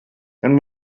and